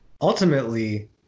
Ultimately